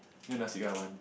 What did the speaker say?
you know Nasi